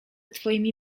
twoimi